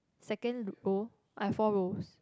second to go I for rows